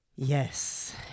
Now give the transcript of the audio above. Yes